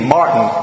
Martin